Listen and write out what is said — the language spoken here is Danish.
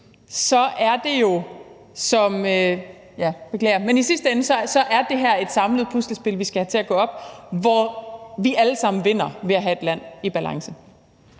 alt det her hænger sammen, og i sidste ende er det her jo et samlet puslespil, vi skal have lagt, hvor vi alle sammen vinder ved at have et land i balance.